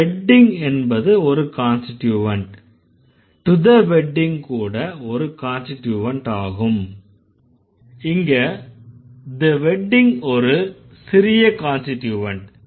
the wedding என்பது ஒரு constituent to the wedding கூட ஒரு கான்ஸ்டிட்யூவன்ட் ஆகும் இங்க the wedding ஒரு சிறிய கான்ஸ்டிட்யூவன்ட்